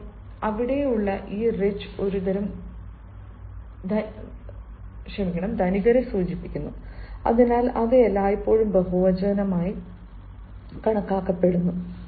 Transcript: അതിനാൽ അവിടെയുള്ള ഈ റിച് ഒരു തരം ധനികരെ സൂചിപ്പിക്കുന്നു അതിനാൽ അത് എല്ലായ്പ്പോഴും ബഹുവചനമായി കണക്കാക്കപ്പെടുന്നു